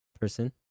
person